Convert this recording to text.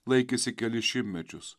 laikėsi kelis šimtmečius